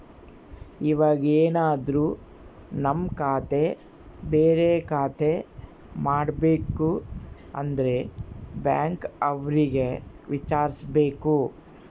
ಇವಾಗೆನದ್ರು ನಮ್ ಖಾತೆ ಬೇರೆ ಖಾತೆ ಮಾಡ್ಬೇಕು ಅಂದ್ರೆ ಬ್ಯಾಂಕ್ ಅವ್ರಿಗೆ ವಿಚಾರ್ಸ್ಬೇಕು